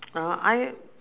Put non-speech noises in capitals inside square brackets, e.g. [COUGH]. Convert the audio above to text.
[NOISE] I